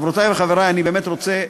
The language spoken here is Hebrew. חברותי וחברי, אני באמת רוצה,